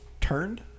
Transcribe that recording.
turned